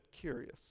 curious